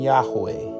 Yahweh